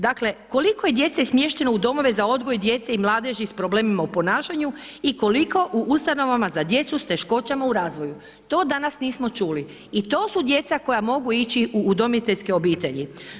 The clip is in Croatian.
Dakle, koliko je djece smješteno u domove za odgoj djece i mladeži s problemima u ponašanju i koliko u ustanovama za djecu s teškoćama u razvoju, to danas nismo čuli i to su djeca koja mogu ići u udomiteljske obitelji.